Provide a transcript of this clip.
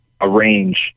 arrange